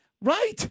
right